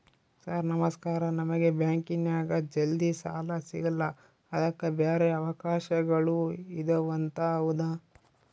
Sir ನಮಸ್ಕಾರ ನಮಗೆ ಬ್ಯಾಂಕಿನ್ಯಾಗ ಜಲ್ದಿ ಸಾಲ ಸಿಗಲ್ಲ ಅದಕ್ಕ ಬ್ಯಾರೆ ಅವಕಾಶಗಳು ಇದವಂತ ಹೌದಾ?